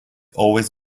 always